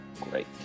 Great